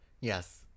Yes